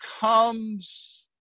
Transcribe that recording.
comes